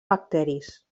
bacteris